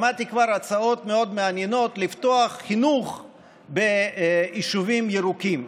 שמעתי כבר הצעות מאוד מעניינות לפתוח את החינוך ביישובים ירוקים.